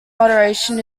moderation